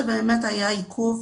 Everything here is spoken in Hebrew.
שבאמת היה עיכוב,